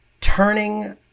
turning